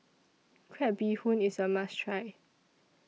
Crab Bee Hoon IS A must Try